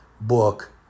book